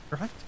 right